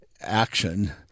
action